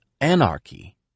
anarchy